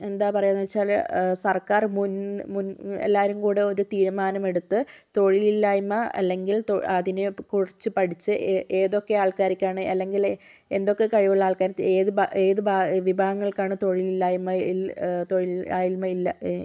എന്താ പറയുകയെന്നുവെച്ചാൽ സർക്കാർ മുൻ മുൻ എല്ലാവരുംകൂടി ഒരു തീരുമാനമെടുത്ത് തൊഴിലില്ലായ്മ അല്ലെങ്കിൽ തൊ അതിനെക്കുറിച്ച് പഠിച്ച് എ ഏതൊക്കെ ആൾക്കാർക്കാണ് അല്ലെങ്കിൽ എന്തൊക്കെ കഴിവുള്ള ആൾക്കാർ ഏത് ബാ ഏത് ബാ വിഭാഗങ്ങൾക്കാണ് തൊഴിലില്ലായ്മ ഇൽ തൊഴിലില്ലായ്മ ഇല്ല